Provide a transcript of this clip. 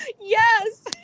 Yes